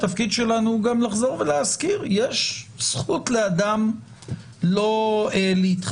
התפקיד שלנו הוא גם לחזור ולהזכיר יש זכות לאדם לא להתחסן.